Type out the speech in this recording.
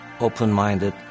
open-minded